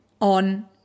on